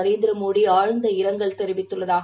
நரேந்திர மோடி ஆழ்ந்த இரங்கல் தெரிவித்துள்ளார்